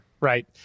Right